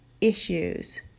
Issues